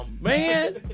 man